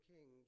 King